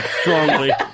strongly